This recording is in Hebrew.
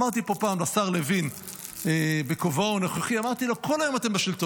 אמרתי פה פעם לשר לוין בכובעו הנוכחי: משנת